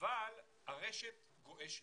אבל הרשת גועשת.